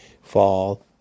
fall